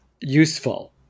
useful